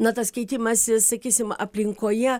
na tas keitimasis sakysim aplinkoje